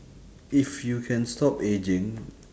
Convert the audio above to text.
if you can stop ageing